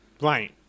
Right